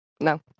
No